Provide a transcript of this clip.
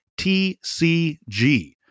TCG